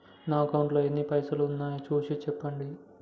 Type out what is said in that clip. నా అకౌంట్లో ఎన్ని పైసలు ఉన్నాయి చూసి చెప్పండి?